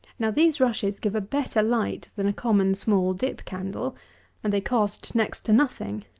now these rushes give a better light than a common small dip-candle and they cost next to nothing,